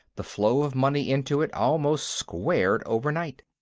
the flow of money into it almost squared overnight.